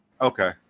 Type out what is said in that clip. okay